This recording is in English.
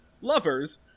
lovers